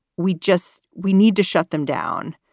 we just we need to shut them down.